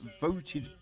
voted